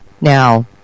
Now